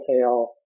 tail